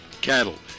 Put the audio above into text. cattle